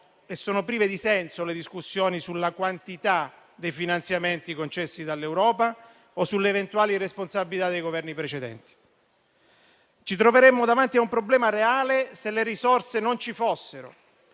e sono prive di senso le discussioni sulla quantità dei finanziamenti concessi dall'Europa o sulle eventuali responsabilità dei Governi precedenti. Ci troveremmo davanti a un problema reale se le risorse non ci fossero,